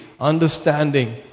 understanding